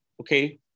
Okay